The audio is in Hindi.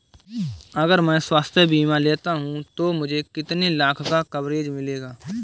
अगर मैं स्वास्थ्य बीमा लेता हूं तो मुझे कितने लाख का कवरेज मिलेगा?